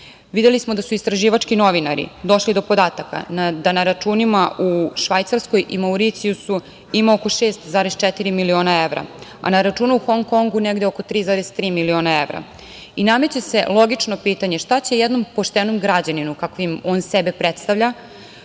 Videli smo da su istraživački novinari došli do podataka da na računima u Švajcarskoj i na Mauricijusu ima oko 6,4 miliona evra, a na računu u Hong Kongu negde oko 3,3 miliona evra. Nameće se logično pitanje – šta će jednom poštenom građaninu, kakvim on sebe predstavlja,